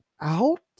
out